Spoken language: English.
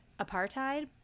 apartheid